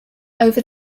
over